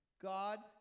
God